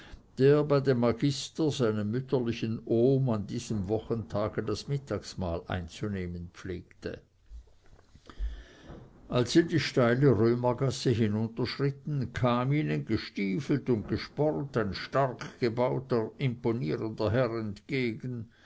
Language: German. bei dem magister seinem mütterlichen ohm an diesem wochentage das mittagsmahl einzunehmen pflegte als sie die steile römergasse hinunterschritten kam ihnen gestiefelt und gespornt ein stark gebauter imponierender herr entgegen